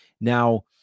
Now